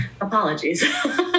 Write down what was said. Apologies